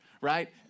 right